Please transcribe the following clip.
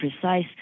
precise